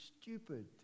stupid